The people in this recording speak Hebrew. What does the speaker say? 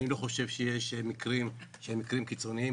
אני לא חושב שיש מקרים שהם מקרים קיצוניים,